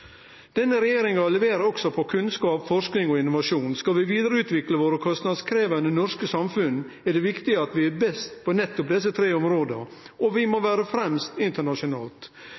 Denne regjeringa leverer også på kunnskap, forsking og innovasjon. Skal vi vidareutvikle vårt kostnadskrevjande norske samfunn, er det viktig at vi er best på nettopp desse tre områda, og vi må vere fremst internasjonalt.